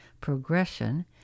progression